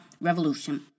revolution